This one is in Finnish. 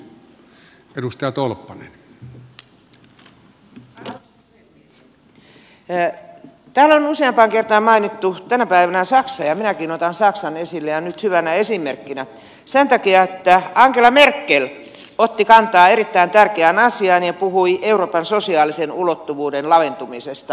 täällä on useampaan kertaan mainittu tänä päivänä saksa ja minäkin otan saksan esille ja nyt hyvänä esimerkkinä sen takia että angela merkel otti kantaa erittäin tärkeään asiaan ja puhui euroopan sosiaalisen ulottuvuuden liiallisesta laventumisesta